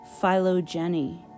Phylogeny